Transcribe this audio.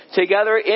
together